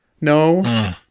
No